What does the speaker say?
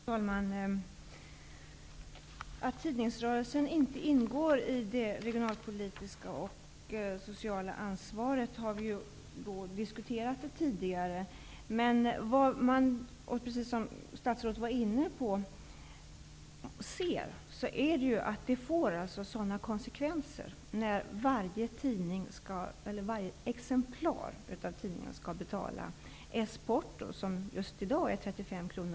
Fru talman! Att tidningsrörelsen inte ingår i det regionalpolitiska och sociala ansvaret har vi diskuterat tidigare. Precis som statsrådet var inne på, ser vi att det får konsekvenser, när det för varje exemplar av tidningen skall betalas S-porto, som i dag är 35 kr.